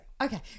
Okay